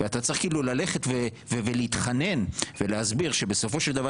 ואתה צריך ללכת ולהתחנן ולהסביר שבסופו של דבר